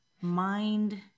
mind